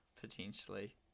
potentially